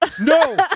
No